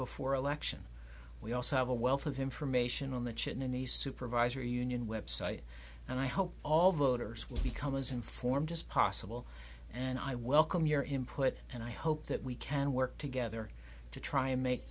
before election we also have a wealth of information on the chin and the supervisor union website and i hope all voters will become as informed as possible and i welcome your input and i hope that we can work together to try and make